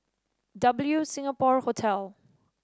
W Singapore Hotel